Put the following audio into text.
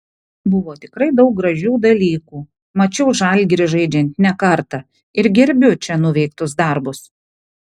buvo tikrai daug gražių dalykų mačiau žalgirį žaidžiant ne kartą ir gerbiu čia nuveiktus darbus